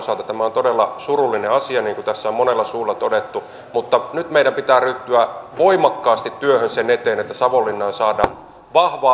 tämä on todella surullinen asia niin kuin tässä on monella suulla todettu mutta nyt meidän pitää ryhtyä voimakkaasti työhön sen eteen että savonlinnaan saadaan vahvaa tulevaisuusorientoitunutta toimintaa